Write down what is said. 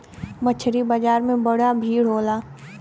मछरी बाजार में बहुत भीड़ होला